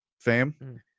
fame